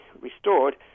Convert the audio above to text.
restored